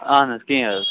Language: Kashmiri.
اہَن حظ کیٚنٛہہ حظ